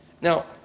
Now